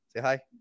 hi